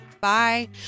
Bye